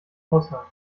ausland